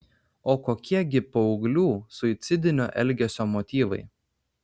o kokie gi paauglių suicidinio elgesio motyvai